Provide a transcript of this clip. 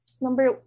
Number